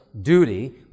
duty